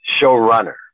showrunner